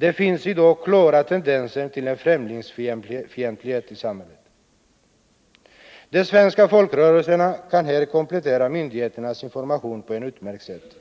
Det finns i dag klara tendenser till en främlingsfientlighet i samhället. De svenska folkrörelserna kan här komplettera myndigheternas information på ett utmärkt sätt.